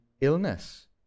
illness